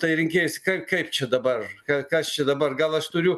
tai rinkėjas kaip čia dabar kas čia dabar gal aš turiu